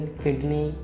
kidney